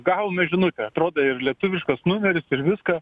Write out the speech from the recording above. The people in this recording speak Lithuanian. gaunu žinutę atrodo ir lietuviškas numeris ir viską